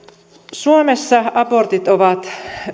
suomessa abortit ovat